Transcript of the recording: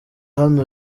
hano